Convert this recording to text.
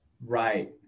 right